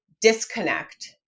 Disconnect